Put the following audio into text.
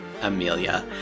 Amelia